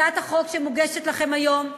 הצעת החוק שמוגשת לכם היום,